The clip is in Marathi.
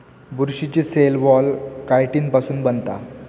बुरशीची सेल वॉल कायटिन पासुन बनता